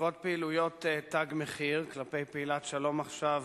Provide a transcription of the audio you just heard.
בעקבות פעילויות "תג מחיר" כלפי פעילת "שלום עכשיו"